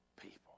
people